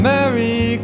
Merry